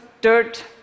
dirt